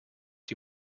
die